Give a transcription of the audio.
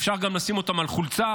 אפשר גם לשים אותן על חולצה,